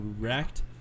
correct